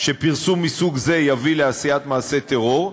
שפרסום מסוג זה יביא לעשיית מעשה טרור,